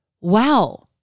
wow